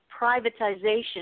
privatization